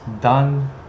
done